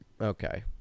Okay